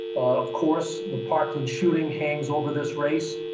of course, the parkland shooting hangs over this race,